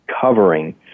covering